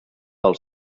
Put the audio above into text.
pel